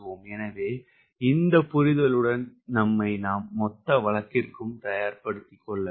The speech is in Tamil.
எனவே இந்த புரிதலுடன் நம்மை நாம் மொத்த வழக்கிற்கும் தயார்படுத்திக் கொள்ள வேண்டும்